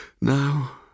now